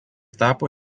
tapo